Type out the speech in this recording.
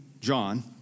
John